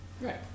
Right